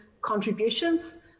contributions